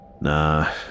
nah